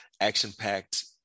action-packed